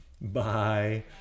Bye